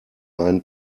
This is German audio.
einen